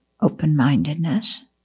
open-mindedness